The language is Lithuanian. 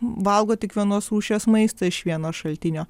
valgo tik vienos rūšies maistą iš vieno šaltinio